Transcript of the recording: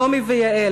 שלומי ויעל,